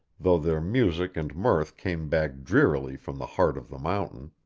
though their music and mirth came back drearily from the heart of the mountain.